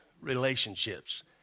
relationships